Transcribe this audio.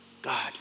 God